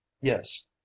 Yes